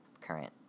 current